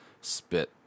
spit